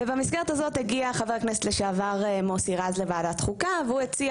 ובמסגרת הזאת הגיע חבר הכנסת לשעבר מוסי רז לוועדת חוקה והוא הציע